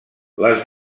les